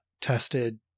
tested